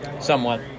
Somewhat